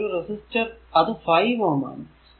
ഇവിടെ ഒരു റെസിസ്റ്റർ അത് 5 Ω ആണ്